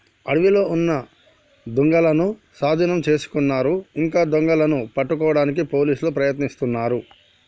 అడవిలో ఉన్న దుంగలనూ సాధీనం చేసుకున్నారు ఇంకా దొంగలని పట్టుకోడానికి పోలీసులు ప్రయత్నిస్తున్నారు